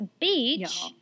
beach